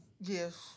Yes